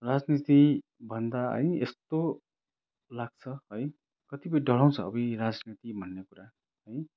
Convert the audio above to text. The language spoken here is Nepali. राजनीति भन्दा है यस्तो लाग्छ है कतिपय डराउँछ अबुइ राजनीति भन्ने कुरा है